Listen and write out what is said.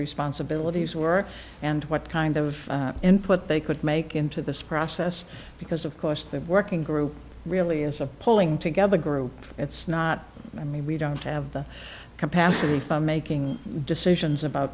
responsibilities were and what kind of input they could make into this process because of course the working group really is a pulling together group that's not mean we don't have the capacity for making decisions about